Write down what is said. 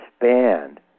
expand